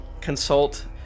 consult